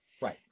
right